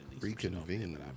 Reconvene